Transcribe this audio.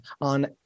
on